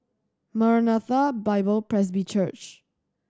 Maranatha Bible Presby Church